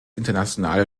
internationale